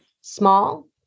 small